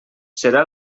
serà